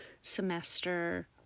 semester